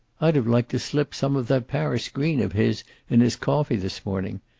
i'd have liked to slip some of that paris green of his in his coffee this morning.